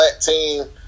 team